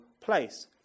place